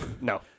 No